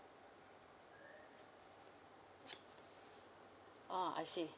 ah I see